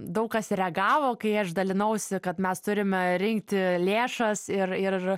daug kas reagavo kai aš dalinausi kad mes turime rinkti lėšas ir ir